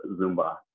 Zumba